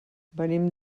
venim